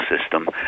system